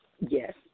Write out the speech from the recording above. Yes